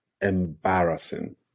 embarrassing